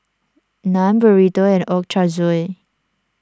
Naan Burrito and Ochazuke